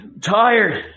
tired